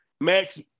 Max